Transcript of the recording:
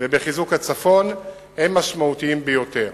ובחיזוק הצפון היא משמעותית ביותר.